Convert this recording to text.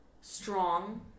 Strong